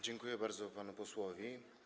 Dziękuję bardzo panu posłowi.